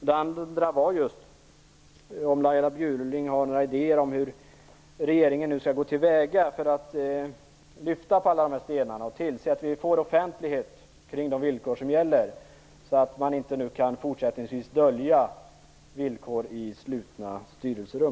Den andra funderingen gällde om Laila Bjurling har några idéer om hur regeringen skall gå till väga för att lyfta på alla stenar så att vi får offentlighet kring de villkor som gäller och fortsättningsvis inte kan dölja villkor i slutna styrelserum.